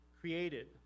created